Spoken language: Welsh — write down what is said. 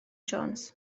jones